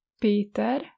Peter